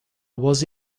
was